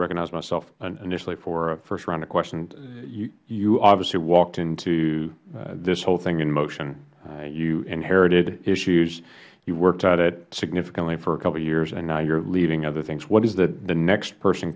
recognize myself initially for a first round of questions you obviously walked into this whole thing in motion you inherited issues you worked at it significantly for a couple of years and now you are leaving for other things what is the next person